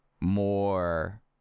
more